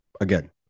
again